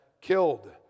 killed